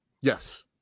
Yes